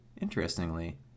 Interestingly